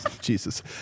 Jesus